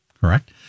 correct